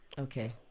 Okay